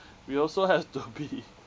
we also have to be